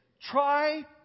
try